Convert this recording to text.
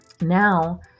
now